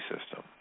system